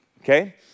okay